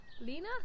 Lena